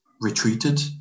Retreated